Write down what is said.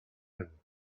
him